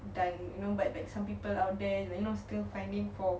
dan you know but but some people out there you know still finding for